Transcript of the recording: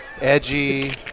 Edgy